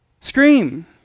scream